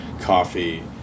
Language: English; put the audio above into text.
coffee